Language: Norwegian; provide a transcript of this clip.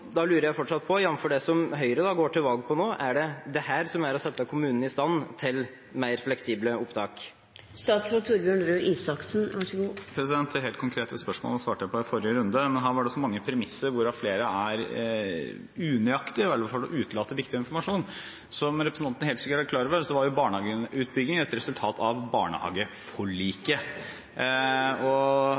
Da lurer jeg fortsatt på, jf. det som Høyre nå går til valg på: Er det dette som er å sette kommunene i stand til mer fleksible opptak? Det helt konkrete spørsmålet svarte jeg på i forrige runde. Men her var det så mange premisser, hvorav flere er unøyaktige eller i hvert fall utelater viktig informasjon. Som representanten helt sikkert er klar over, var barnehageutbyggingen et resultat av barnehageforliket. Blant de førende partier for barnehageforliket var bl.a. Fremskrittspartiet, som nå sitter i regjering. Høyre satt den gang i regjering og